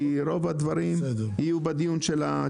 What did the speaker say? כי רוב הדברים יהיו בדיון הבא.